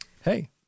Hey